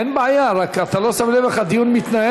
אין בעיה, רק אתה לא שם לב איך הדיון מתנהל?